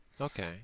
Okay